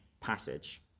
passage